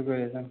decoration